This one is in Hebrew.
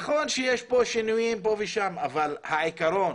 נכון שיש שינויים פה ושם, אבל העיקרון